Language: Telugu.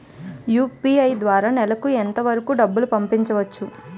యు.పి.ఐ ద్వారా నెలకు ఎంత వరకూ డబ్బులు పంపించవచ్చు?